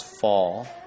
fall